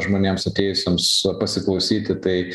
žmonėms atėjusiems pasiklausyti tai